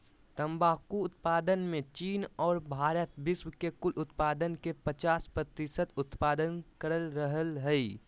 तंबाकू उत्पादन मे चीन आर भारत विश्व के कुल उत्पादन के पचास प्रतिशत उत्पादन कर रहल हई